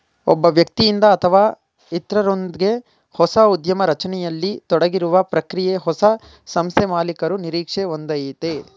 ಒಬ್ಬ ವ್ಯಕ್ತಿಯಿಂದ ಅಥವಾ ಇತ್ರರೊಂದ್ಗೆ ಹೊಸ ಉದ್ಯಮ ರಚನೆಯಲ್ಲಿ ತೊಡಗಿರುವ ಪ್ರಕ್ರಿಯೆ ಹೊಸ ಸಂಸ್ಥೆಮಾಲೀಕರು ನಿರೀಕ್ಷೆ ಒಂದಯೈತೆ